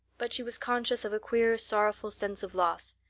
but she was conscious of a queer sorrowful sense of loss.